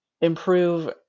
improve